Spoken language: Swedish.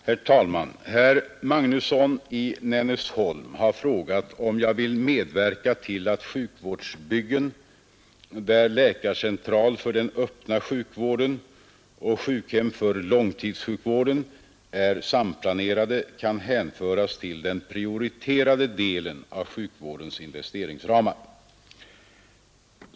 Herr talman! Herr Magnusson i Nennesholm har frågat om jag vill medverka till att sjukvårdsbyggen där läkarcentral för den öppna sjukvården och sjukhem för längtidssjukvården är samplanerade kan hänföras till den prioriterade delen av sjukvårdens investeringsramar.